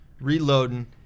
reloading